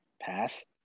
Pass